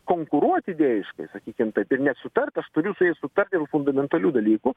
konkuruot idėjiškai sakykim taip ir nesutart aš turiu su jais sutart dėl fundamentalių dalykų